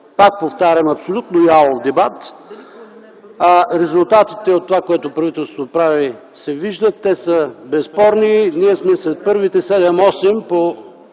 в този абсолютно ялов дебат. Резултатите от това, което правителството прави, се виждат. Те са безспорни. Ние сме след първите 7-8 по